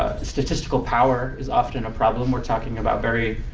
statistical power is often a problem. we're talking about very